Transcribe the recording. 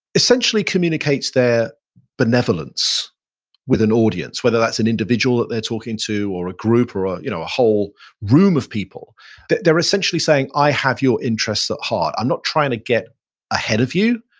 essentially communicates their benevolence with an audience, whether that's an individual that they're talking to or a group or ah you know a whole room of people that they're essentially saying, i have your interests at heart. i'm not trying to get ahead of you.